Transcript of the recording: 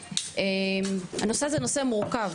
הנושא הזה נושא מורכב,